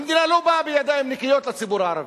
המדינה לא באה בידיים נקיות לציבור הערבי.